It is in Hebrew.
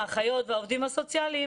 האחיות והעובדים הסוציאליים.